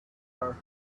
her